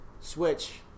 switch